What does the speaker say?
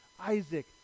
Isaac